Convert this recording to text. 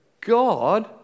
God